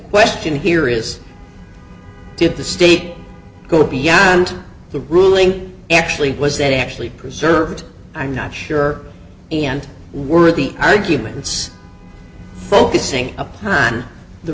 question here is did the state go beyond the ruling actually was that actually preserved i'm not sure and were the arguments focusing upon the